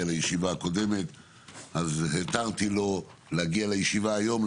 לישיבה הקודמת אז התרתי לו להגיע לישיבה היום,